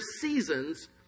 seasons